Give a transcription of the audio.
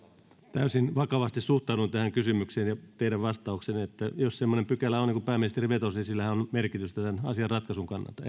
täysin vakavasti suhtaudun tähän kysymykseen ja teidän vastaukseenne jos semmoinen pykälä on niin kuin pääministeri vetosi niin sillähän on merkitystä tämän asian ratkaisun kannalta